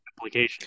application